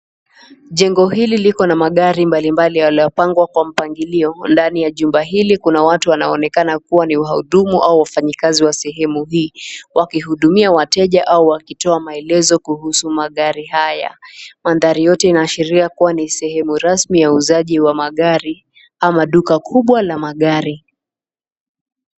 Jengo hili liko na magari mbalimbali yaliyopangwa kwa mpangilio ndani ya jumba hili kuna watu wanaonekana kuwa ni wahudumu au wafanyikazio wa sehemu hii wakihudumia wateja au wakitoa maelezo kuhusu magari haya. Mandhari yote inaashiria kuwa ni sehemu rasmi ya uzuzaji wa magari ama duka kubwa la magari.